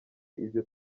ibyo